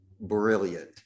brilliant